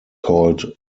called